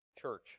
church